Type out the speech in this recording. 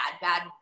bad